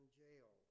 jail